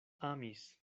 amis